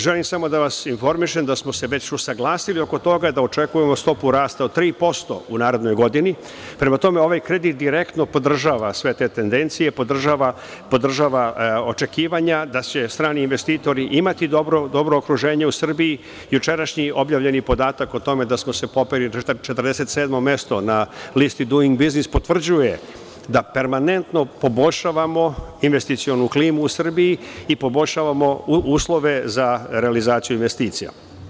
Želim samo da vas informišem da smo se već usaglasili oko toga, da očekujemo stopu rasta od 3% u narednoj godini. prema tome, ovaj kredit direktno podržava te tendencije, podržava očekivanja da će strani investitori imati dobro okruženje u Srbiji. jučerašnji objavljeni podatak o tome da smo se popeli na čak 47 mesto na listi „Duing biznis“ potvrđuje da permanentno poboljšavamo investicionu klimu u Srbiji i poboljšavamo uslove za realizaciju investicija.